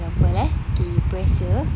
example eh okay you press here